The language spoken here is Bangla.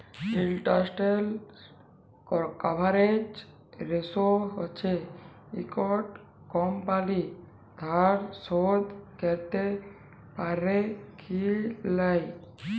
ইলটারেস্ট কাভারেজ রেসো হচ্যে একট কমপালি ধার শোধ ক্যরতে প্যারে কি লায়